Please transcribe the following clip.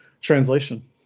translation